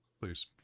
please